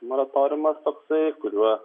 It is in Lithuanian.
moratoriumas toksai kuriuo